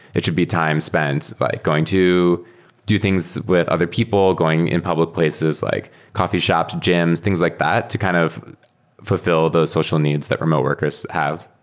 it should be time spent like going to do things with other people, going in public places like coffee shops, gyms, things like that to kind of fulfill those social needs that remote workers have.